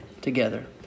together